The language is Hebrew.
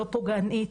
לא פוגענית,